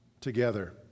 together